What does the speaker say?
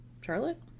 charlotte